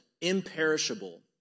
imperishable